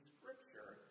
Scripture